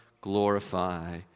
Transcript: glorify